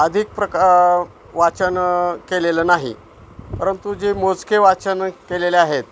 अधिक प्रका वाचन केलेलं नाही परंतु जे मोजके वाचन केलेले आहेत